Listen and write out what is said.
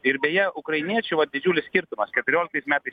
ir beje ukrainiečių va didžiulis skirtumas keturioliktais metais